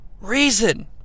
reason